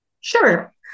Sure